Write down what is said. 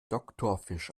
doktorfisch